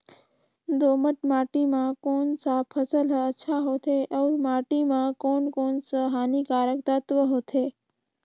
दोमट माटी मां कोन सा फसल ह अच्छा होथे अउर माटी म कोन कोन स हानिकारक तत्व होथे?